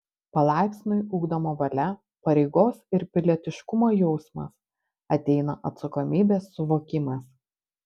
palaipsniui ugdoma valia pareigos ir pilietiškumo jausmas ateina atsakomybės suvokimas